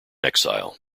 exile